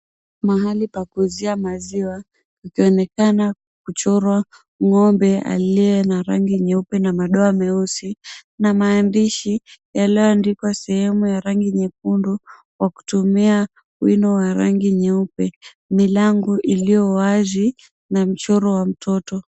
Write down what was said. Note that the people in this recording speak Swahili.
Mahali pa kuuzia maziwa kukionekena kuchorwa ng'ombe aliye na rangi nyeupe na madoa meusi na maandishi yalioandikwa sehemu ya rangi nyekundu kwa kutumia wino wa rangi nyeupe, milango iliyo wazi na mchoro wa mtoto.